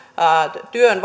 työn